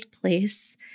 place